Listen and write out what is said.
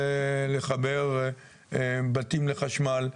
לחבר בתים לחשמל.